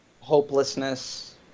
hopelessness